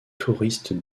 touristes